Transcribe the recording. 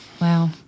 wow